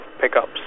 pickups